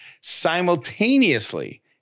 Simultaneously